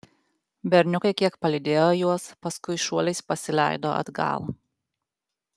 berniukai kiek palydėjo juos paskui šuoliais pasileido atgal